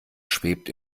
schwebt